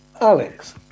Alex